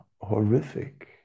horrific